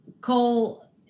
Cole